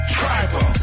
tribal